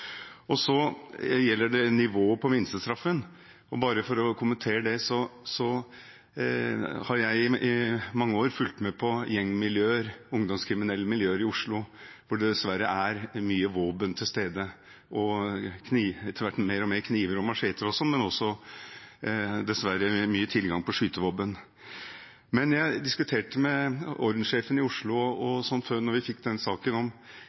Så gjelder det nivået på minstestraffen. Jeg har i mange år fulgt med på gjengmiljøer, ungdomskriminelle miljøer i Oslo, hvor det dessverre er mye våpen – etter hvert mer og mer kniver og macheter, men dessverre også stor tilgang på skytevåpen. Da vi fikk denne saken, diskuterte jeg med ordenssjefen i Oslo om vi husket noe tilfelle hvor disse miljøene har skutt på politiet, og ingen av oss husket det, selv om